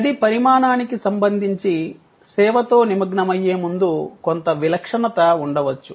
గది పరిమాణానికి సంబంధించి సేవతో నిమగ్నమయ్యే ముందు కొంత విలక్షణత ఉండవచ్చు